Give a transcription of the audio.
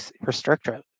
restrictive